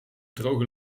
droge